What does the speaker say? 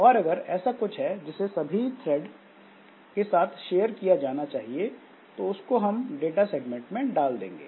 और अगर ऐसा कुछ है जिसे सभी थ्रेड के साथ शेयर किया जाना चाहिए तो उसको हम डाटा सेगमेंट में डाल देंगे